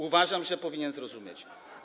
Uważam, że powinien zrozumieć.